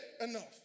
enough